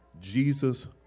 Jesus